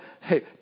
Hey